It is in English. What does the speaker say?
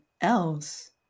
else